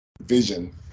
vision